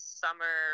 summer